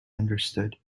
understood